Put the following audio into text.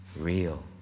real